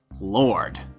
lord